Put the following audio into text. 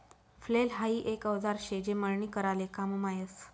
flail हाई एक औजार शे जे मळणी कराले काममा यस